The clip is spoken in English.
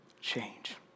change